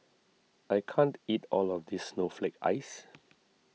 I can't eat all of this Snowflake Ice